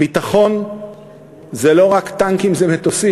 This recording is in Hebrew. ביטחון זה לא רק טנקים ומטוסים,